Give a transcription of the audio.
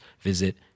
visit